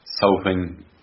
solving